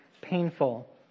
painful